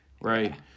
right